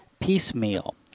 piecemeal